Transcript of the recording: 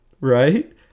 right